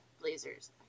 blazers